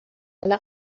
حالا